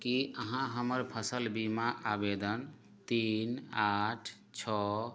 की अहाँ हमर फसल बीमा आवेदन तीन आठ छओ